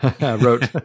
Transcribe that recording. wrote